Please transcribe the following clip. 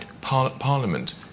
Parliament